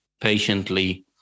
patiently